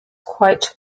quite